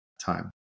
time